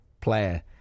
player